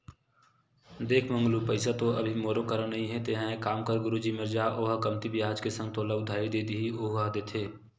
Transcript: देख मंगलू पइसा तो अभी मोरो करा नइ हे तेंहा एक काम कर गुरुजी मेर जा ओहा कमती बियाज के संग तोला उधारी दिही ओहा देथे